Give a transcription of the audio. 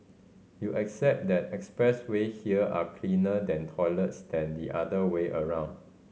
you accept that expressway here are cleaner than toilets than the other way around